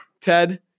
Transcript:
Ted